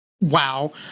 WoW